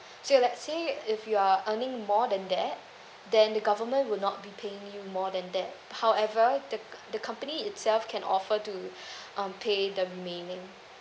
so let's say if you are earning more than that then the government will not be paying you more than that however the the company itself can offer to um pay the